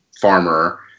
farmer